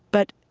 but